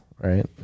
right